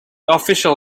official